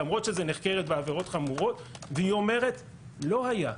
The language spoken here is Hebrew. למרות שזו נחקרת בעבירות חמורות והיא אומרת - לא היה.